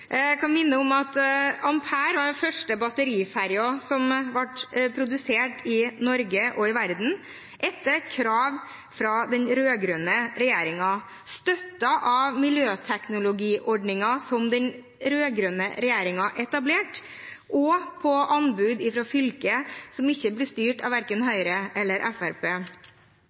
Jeg kan minne om at Ampere var den første batteriferjen som ble produsert i Norge og i verden, etter krav fra den rød-grønne regjeringen, støttet av miljøteknologiordningen som den rød-grønne regjeringen etablerte, og på anbud fra fylker som ikke ble styrt av verken Høyre eller